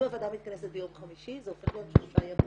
אם הוועדה מתכנסת ביום חמישי זה הופך להיות שלושה ימים.